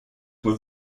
were